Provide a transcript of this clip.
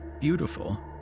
beautiful